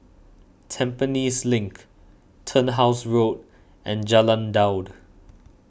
Tampines Link Turnhouse Road and Jalan Daud